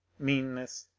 meanness,